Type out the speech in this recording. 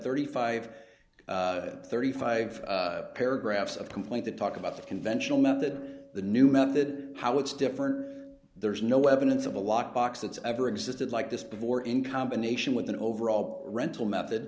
thirty five thirty five paragraphs of complaint that talk about the conventional method the new method how it's different there's no evidence of a lock box that's ever existed like this before in combination with an overall rental method